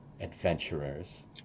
adventurers